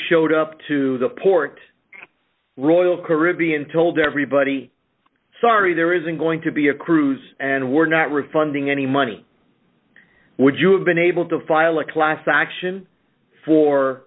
showed up to the port royal caribbean told everybody sorry there isn't going to be a cruise and we're not refunding any money would you have been able to file a class action for